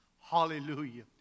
hallelujah